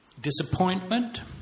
disappointment